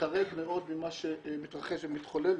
וחרד מאוד ממה שמתרחש ומתחולל,